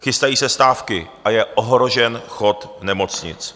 Chystají se stávky a je ohrožen chod nemocnic.